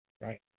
right